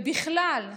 ובכלל,